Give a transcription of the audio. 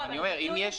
לא, אבל זה תלוי נסיבות.